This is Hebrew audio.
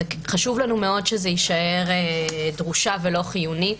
חשוב לנו מאוד שזה יישאר דרושה ולא חיונית.